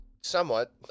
Somewhat